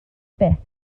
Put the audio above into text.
byth